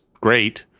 great